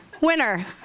winner